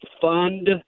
fund